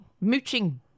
Mooching